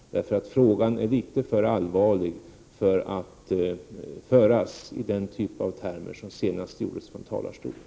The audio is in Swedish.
Saken är för allvarlig för att debatteras i de termer som senast användes från talarstolen.